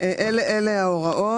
אלה ההוראות.